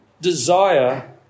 desire